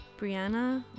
Brianna